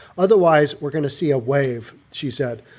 otherwise, we're going to see a wave. she said,